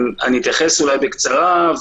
אתייחס בקצרה.